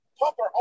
Pumper